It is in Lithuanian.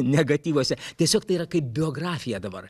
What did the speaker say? negatyvuose tiesiog tai yra kaip biografija dabar